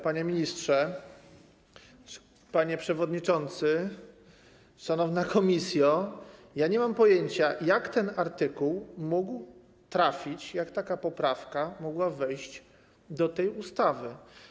Panie Ministrze, panie przewodniczący, szanowna komisjo, nie mam pojęcia, jak ten artykuł mógł trafić, jak taka poprawka mogła wejść do tej ustawy.